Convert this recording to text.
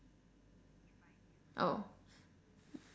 oh